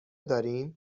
داریم